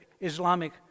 Islamic